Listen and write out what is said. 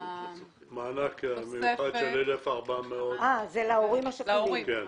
מענק מיוחד של 1,400. זה להורים השכולים.